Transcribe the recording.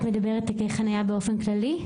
את מדברת על תגי חניה באופן כללי?